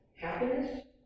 happiness